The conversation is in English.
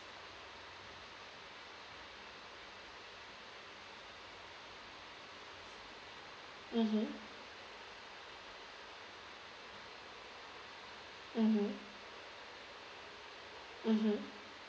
mmhmm mmhmm mmhmm